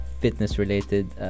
fitness-related